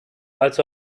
als